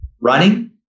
running